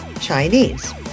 Chinese